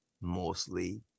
mostly